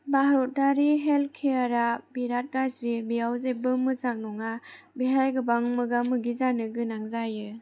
भारतारि हेल्थकेयार आ बिराद गाज्रि बियाव जेबो मोजां नङा बेहाय गोबां मोगा मोगि जानो गोनां जायो